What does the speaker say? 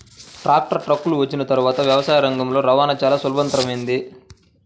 tractor, ట్రక్కులు వచ్చిన తర్వాత వ్యవసాయ రంగంలో రవాణా చాల సులభతరమైంది